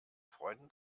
freunden